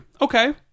okay